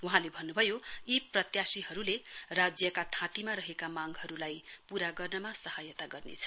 वहाँले भन्न्भयो यी प्रत्याशीहरूले राज्यका थाँतीमा रहेका मांगहरूली पूरा गर्नमा सहायता गर्नेछ